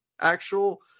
actual